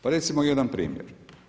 Pa recimo jedan primjer.